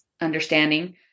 understanding